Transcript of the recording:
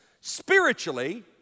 spiritually